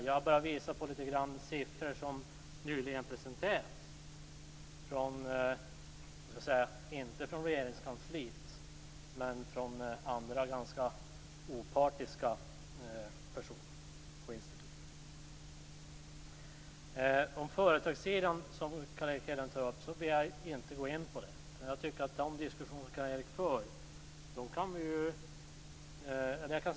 Vad jag har visat är lite siffror som nyligen har presenterats - inte från Regeringskansliet utan från andra, ganska opartiska, personer och institut. Carl Erik Hedlund nämnde företagssidan men jag vill inte gå in på den saken.